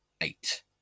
eight